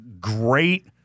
great